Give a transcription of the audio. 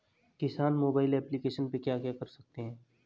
किसान mobile application पे क्या क्या कर सकते हैं?